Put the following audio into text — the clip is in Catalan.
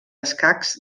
escacs